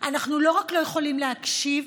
אנחנו לא רק לא יכולים להקשיב,